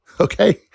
okay